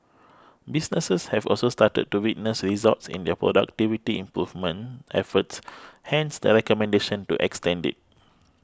businesses have also started to witness results in their productivity improvement efforts hence the recommendation to extend it